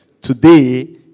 Today